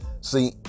See